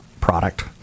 product